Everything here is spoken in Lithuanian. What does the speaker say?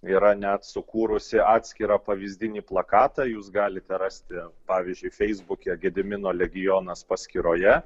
yra net sukūrusi atskirą pavyzdinį plakatą jūs galite rasti pavyzdžiui feisbuke gedimino legionas paskyroje